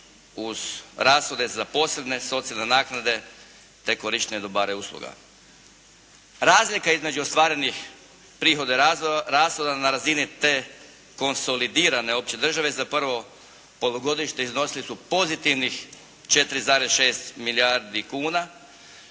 uz rashode za zaposlene, socijalne naknade te korištenje dobara i usluga. Razlika između ostvarenih prihoda i rashoda na razini te konsolidirane opće države za prvo polugodište iznosili su pozitivnih 4,6 milijardi kuna